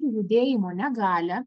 turi judėjimo negalią